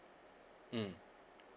mm